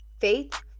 faith